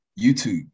YouTube